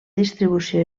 distribució